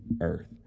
earth